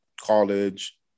college